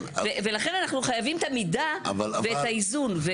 ולכן אנחנו חייבים את המידה ואת האיזון.